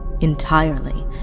entirely